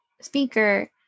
speaker